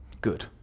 good